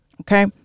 okay